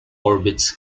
orbits